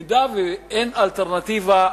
ואם אין אלטרנטיבה,